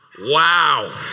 Wow